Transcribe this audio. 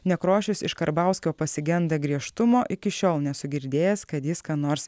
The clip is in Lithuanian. nekrošius iš karbauskio pasigenda griežtumo iki šiol nesu girdėjęs kad jis ką nors